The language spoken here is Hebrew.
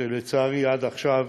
שלצערי עד עכשיו